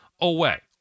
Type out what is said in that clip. away